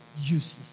useless